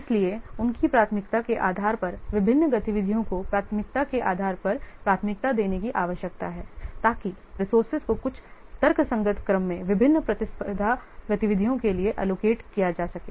इसलिए उनकी प्राथमिकता के आधार पर विभिन्न गतिविधियों को प्राथमिकता के आधार पर प्राथमिकता देने की आवश्यकता हैताकि रिसोर्सेज को कुछ तर्कसंगत क्रम में विभिन्न प्रतिस्पर्धा गतिविधियों के लिए एलोकेट किया जा सके